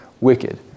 wicked